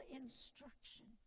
instruction